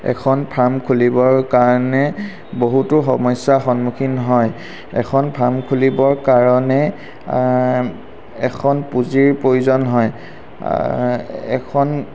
এখন ফাৰ্ম খুলিবৰ কাৰণে বহুতো সমস্যাৰ সন্মুখীন হয় এখন ফাৰ্ম খুলিবৰ কাৰণে এখন পুঁজিৰ প্ৰয়োজন হয় এখন